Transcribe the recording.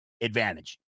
advantage